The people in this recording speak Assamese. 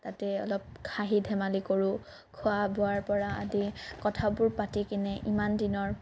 তাতে অলপ হাঁহি ধেমালি কৰোঁ খোৱা বোৱাৰ পৰা আদি কথাবোৰ পাতি কিনে ইমান দিনৰ